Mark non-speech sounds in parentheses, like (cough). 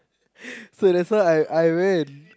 (laughs) so that's why I I went